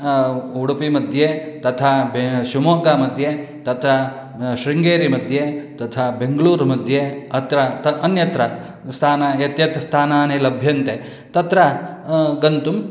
उडुपि मध्ये तथा बे शिव्मोग्गामध्ये तथा शृङ्गेरी मध्ये तथा बेङ्गलूरुमध्ये अत्र अन्यत्र स्थानं यत् यत् स्थानानि लभ्यन्ते तत्र गन्तुं